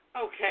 Okay